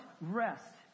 rest